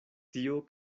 tio